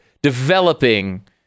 developing